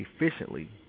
efficiently